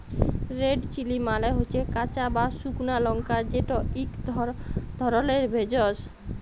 red chilli মালে হচ্যে কাঁচা বা সুকনা লংকা যেট ইক ধরলের ভেষজ